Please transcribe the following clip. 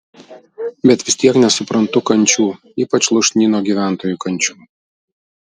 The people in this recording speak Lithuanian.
bet vis tiek nesuprantu kančių ypač lūšnyno gyventojų kančių